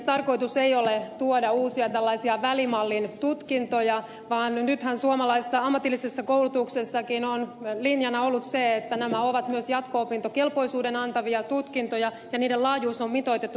tarkoitus ei ole tuoda uusia tällaisia välimallin tutkintoja vaan nythän suomalaisessa ammatillisessa koulutuksessakin on linjana ollut se että nämä ovat myös jatko opintokelpoisuuden antavia tutkintoja ja niiden laajuus on mitoitettu sen mukaan